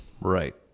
right